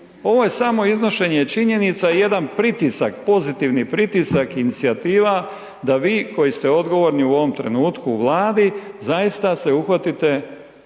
ovo je samo iznošenje činjenica, jedan pritisak, pozitivni pritisak inicijativa da vi koji ste odgovorni u ovom trenutku u Vladi, zaista se uhvatite